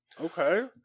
Okay